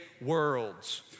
worlds